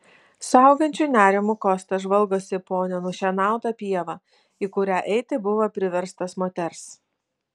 su augančiu nerimu kostas žvalgosi po nenušienautą pievą į kurią eiti buvo priverstas moters